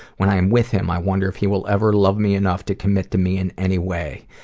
when i am with him, i wonder if he will ever love me enough to commit to me in any way.